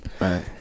Right